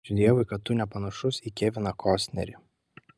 ačiū dievui kad tu nepanašus į keviną kostnerį